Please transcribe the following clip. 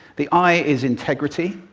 the i is integrity,